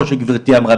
כמו שגברתי אמרה,